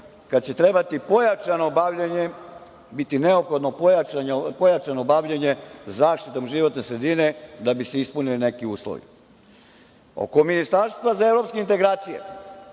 kada će trebati pojačano bavljenje, biti neophodno pojačano bavljenje zaštitom životne sredine da bi se ispunili neki uslovi. Oko ministarstva za evropske integracije,